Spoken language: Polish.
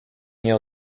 nie